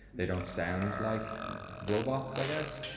they don't sound like robots i guess,